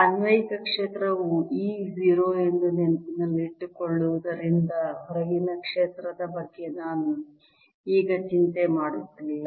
ಅನ್ವಯಿಕ ಕ್ಷೇತ್ರವು E 0 ಎಂದು ನೆನಪಿಟ್ಟುಕೊಳ್ಳುವುದರಿಂದ ಹೊರಗಿನ ಕ್ಷೇತ್ರದ ಬಗ್ಗೆ ನಾನು ಈಗ ಚಿಂತೆ ಮಾಡುತ್ತಿಲ್ಲ